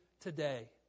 today